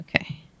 Okay